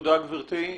תודה גברתי.